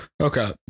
Okay